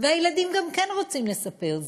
וגם הילדים רוצים לספר זאת.